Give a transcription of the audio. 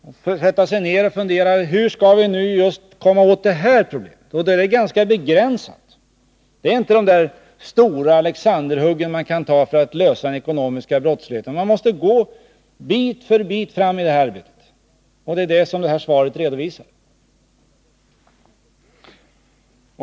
Sedan får man sätta sig ned och fundera hur man skall komma åt just det eller det problemet. Våra möjligheter därvidlag är ganska begränsade. Man kan inte göra några stora Alexanderhugg för att komma till rätta med den ekonomiska brottsligheten. Man måste i det här arbetet gå framåt bit för bit. Det är ett sådant arbete som detta svar redovisar.